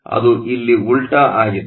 ಅದು ಇಲ್ಲಿ ಉಲ್ಟಾ ಆಗಿದೆ